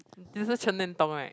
it's the Chen-Nen-Tong right